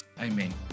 Amen